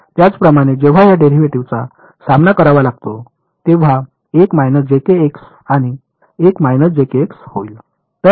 त्याचप्रमाणे जेव्हा या डेरिव्हेटिव्ह्जचा सामना करावा लागतो तेव्हा एक आणि एक होईल